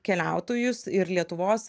keliautojus ir lietuvos